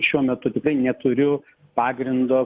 šiuo metu neturiu pagrindo